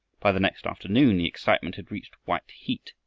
by the next afternoon the excitement had reached white heat,